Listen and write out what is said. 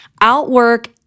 Outwork